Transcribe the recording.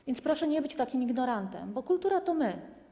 A więc proszę nie być takim ignorantem, bo kultura to my.